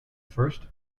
first